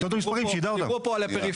כי דיברו פה על הפריפריה,